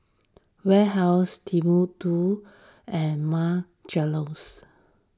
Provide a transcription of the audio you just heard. Warehouse Timbuk two and Marc Jacobs